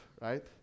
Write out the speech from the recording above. right